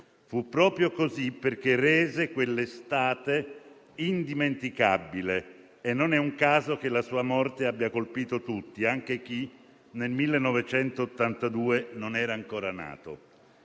Fu proprio così, perché rese quell'estate indimenticabile e non è un caso che la sua morte abbia colpito tutti, anche chi nel 1982 non era ancora nato.